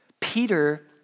Peter